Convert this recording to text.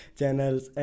channels